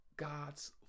God's